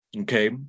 Okay